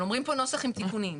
אומרים פה נוסח עם תיקונים.